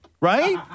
Right